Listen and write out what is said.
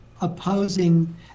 opposing